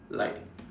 like